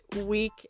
week